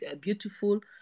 beautiful